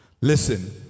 listen